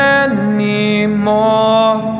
anymore